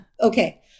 okay